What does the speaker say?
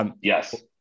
Yes